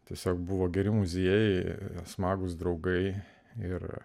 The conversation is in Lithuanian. tiesiog buvo geri muziejai smagūs draugai ir